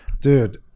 Dude